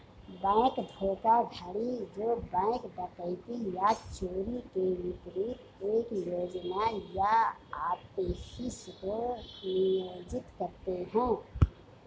bank धोखाधड़ी जो bank डकैती या चोरी के विपरीत एक योजना या आर्टिफिस को नियोजित करते हैं